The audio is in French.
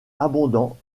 abondant